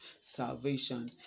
salvation